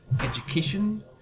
Education